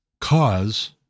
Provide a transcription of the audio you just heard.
cause